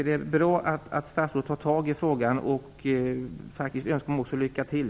Det är bra att statsrådet tar tag i frågan, och jag önskar honom lycka till.